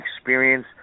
experience